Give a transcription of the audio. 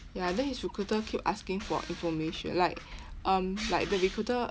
ya then his recruiter keep asking for information like um like the recruiter